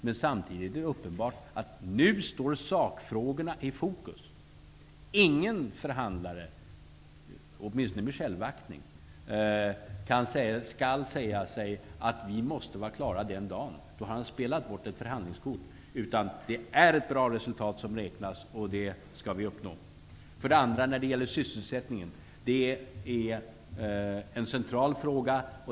Men samtidigt är det uppenbart att sakfrågorna nu står i fokus. Ingen förhandlare, åtminstone ingen med självaktning, skall säga sig att vi måste vara klara den och den dagen. Då har han spelat bort ett förhandlingskort. Det är ett bra resultat som räknas, och ett sådant skall vi uppnå. Sedan något om sysselsättningen, som är en central fråga.